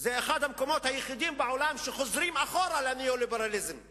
זה אחד המקומות היחידים בעולם שחוזרים אחורה לניאו-ליברליזם ולתאצ'ריזם.